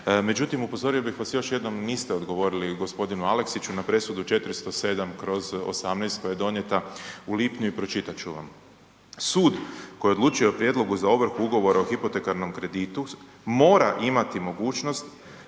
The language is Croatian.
Međutim, upozorio bih vas još jednom niste odgovorili gospodinu Aleksiću na presudu 407/18 koja je donijeta u lipnju i pročitat ću vam. Sud koji odlučuje o prijedlogu za ovrhu ugovora o hipotekarnom kreditu mora imati mogućnost